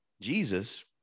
Jesus